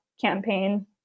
campaign